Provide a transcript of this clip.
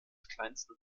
kleinsten